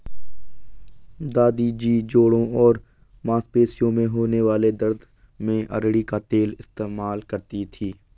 दादी जी जोड़ों और मांसपेशियों में होने वाले दर्द में अरंडी का तेल इस्तेमाल करती थीं